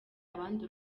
abandi